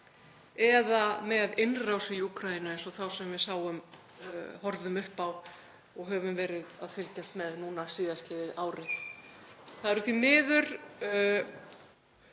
eða með innrás í Úkraínu, eins og þá sem við horfðum upp á og höfum verið að fylgjast með núna síðastliðið ár. Það eru því miður